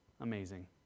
Amazing